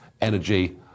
energy